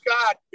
Scott